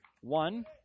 one